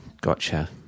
Gotcha